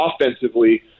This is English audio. offensively